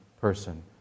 person